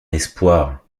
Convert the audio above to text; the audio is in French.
espoir